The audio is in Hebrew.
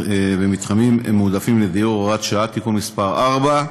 במתחמים מועדפים לדיור (הוראת שעה) (תיקון מס' 4),